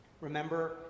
Remember